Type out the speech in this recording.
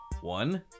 one